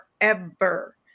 forever